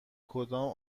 کدام